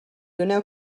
doneu